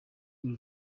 uru